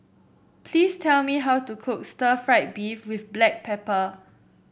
please tell me how to cook Stir Fried Beef with Black Pepper